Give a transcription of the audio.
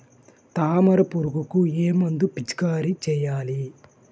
తామర పురుగుకు ఏ మందు పిచికారీ చేయాలి?